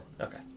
Okay